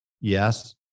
yes